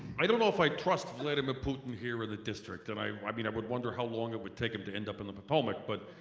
i don't know if i trust vladimir putin here in the district and i i mean i would wonder how long it would take him to end up in the potomac. but